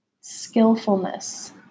skillfulness